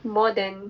more than